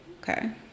Okay